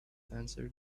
answered